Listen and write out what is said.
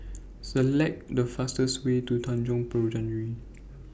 Select The fastest Way to Tanjong Penjuru